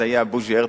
זה היה בוז'י הרצוג,